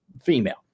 female